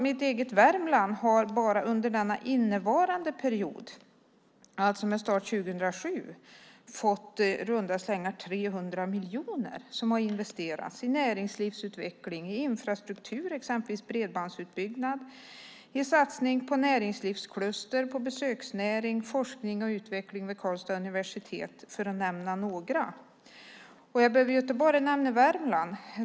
Mitt eget Värmland har bara under innevarande period, med start 2007, fått i runda slängar 300 miljoner som investerats i näringslivsutveckling, i infrastruktur - exempelvis i bredbandsutbyggnad - samt i satsningar på näringslivskluster, på besöksnäringen och på forskning och utveckling vid Karlstads universitet för att nämna några exempel. Men jag behöver inte nämna bara Värmland.